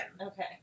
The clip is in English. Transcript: Okay